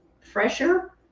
fresher